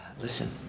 listen